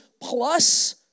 plus